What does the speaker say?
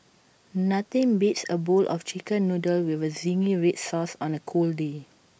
nothing beats A bowl of Chicken Noodles with Zingy Red Sauce on A cold day